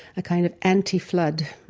a kind of empty flood